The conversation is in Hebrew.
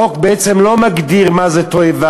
החוק בעצם לא מגדיר מה זה תועבה,